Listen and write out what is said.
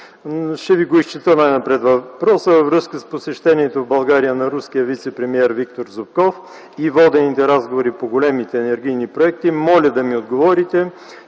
Ще Ви изчета най-напред въпроса: във връзка с посещението в България на руския вицепремиер Виктор Зубков и водените разговори по големите енергийни проекти моля да ми отговорите: